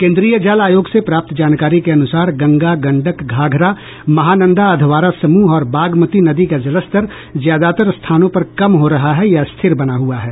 केन्द्रीय जल आयोग से प्राप्त जानकारी के अनुसार गंगा गंडक घाघरा महानंदा अधवारा समूह और बागमती नदी का जलस्तर ज्यादातर स्थानों पर कम हो रहा है या स्थिर बना हुआ है